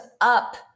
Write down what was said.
up